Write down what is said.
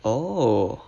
oh